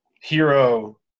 hero –